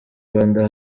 rwanda